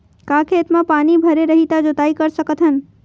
का खेत म पानी भरे रही त जोताई कर सकत हन?